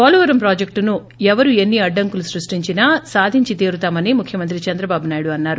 Polavaram project ను ఎవరి ఎన్ని అడ్డంకులు స్పష్టించినా సాదించి తీరుతామని ముఖ్యమంత్రి చంద్రబాబు నాయుడు అన్నారు